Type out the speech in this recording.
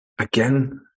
Again